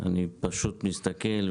אני פשוט מסתכל,